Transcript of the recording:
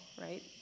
right